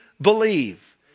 believe